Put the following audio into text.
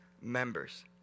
members